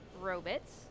robots